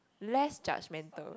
less judgmental